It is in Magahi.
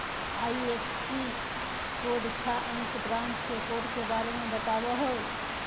आई.एफ.एस.सी कोड छह अंक ब्रांच के कोड के बारे में बतावो हइ